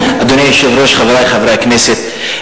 אדוני היושב-ראש, חברי חברי הכנסת,